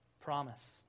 promise